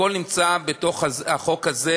הכול נמצא בתוך החוק הזה,